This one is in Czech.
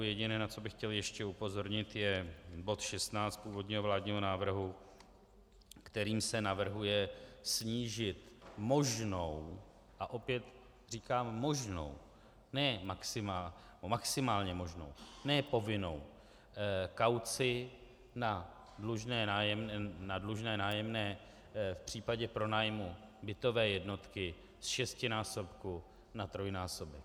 Jediné, na co bych chtěl ještě upozornit, je bod 16 původního vládního návrhu, kterým se navrhuje snížit možnou a opět říkám možnou, ne maximálně možnou, ne povinnou kauci na dlužné nájemné v případě pronájmu bytové jednotky z šestinásobku na trojnásobek.